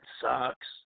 sucks